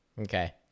Okay